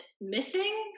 Missing